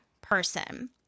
person